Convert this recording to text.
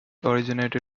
originated